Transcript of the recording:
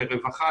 לרווחה,